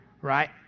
right